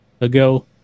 ago